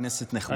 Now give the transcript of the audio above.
כנסת נכבדה,